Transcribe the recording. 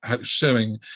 showing